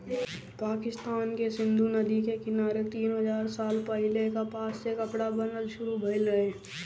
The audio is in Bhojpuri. पाकिस्तान के सिंधु नदी के किनारे तीन हजार साल पहिले कपास से कपड़ा बनल शुरू भइल रहे